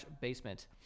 basement